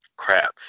Crap